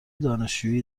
دانشجویی